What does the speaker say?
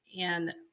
And-